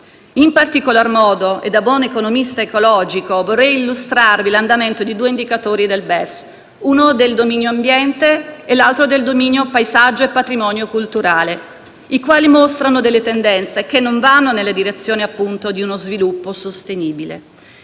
In particolar modo, e da buon economista ecologico, vorrei illustrarvi l'andamento di due indicatori BES, uno del dominio «Ambiente» e l'altro del dominio «Paesaggio e patrimonio culturale», i quali mostrano tendenze che non vanno nella direzione, appunto, di uno sviluppo sostenibile.